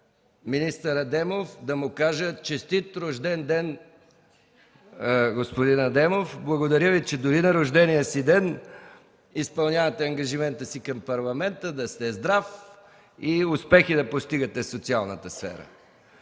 министър Адемов, да му кажа: Честит рожден ден, господин Адемов! Благодаря Ви, че дори на рождения си ден изпълнявате ангажимента си към Парламента! Да сте здрав и да постигате успехи в социалната сфера!